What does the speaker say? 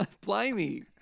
blimey